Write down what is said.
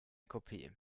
kopie